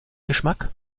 geschmack